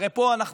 הרי פה יש